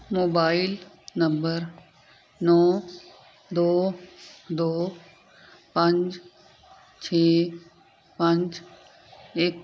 mobile number ਨੌਂ ਦੋ ਦੋ ਪੰਜ ਛੇ ਪੰਜ ਇੱਕ